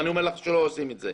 ואני אומר לך שלא עושים את זה.